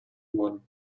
wurden